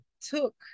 took